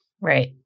Right